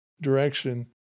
direction